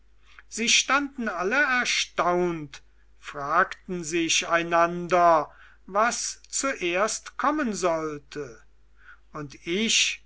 sie standen alle erstaunt fragten sich einander was zuerst kommen sollte und ich